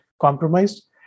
compromised